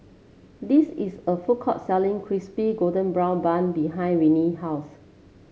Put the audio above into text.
this is a food court selling Crispy Golden Brown Bun behind Nanie's house